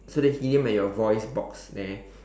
so the helium at your voice box there